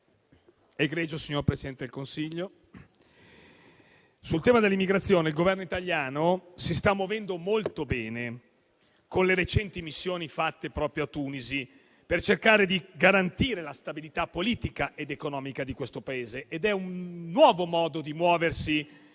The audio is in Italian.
signora Presidente del Consiglio, il Governo italiano si sta muovendo molto bene con le recenti missioni fatte proprio a Tunisi, per cercare di garantire la stabilità politica ed economica di questo Paese. È un nuovo modo di muoversi